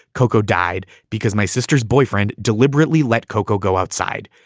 coco died because my sister's boyfriend deliberately let coco go outside.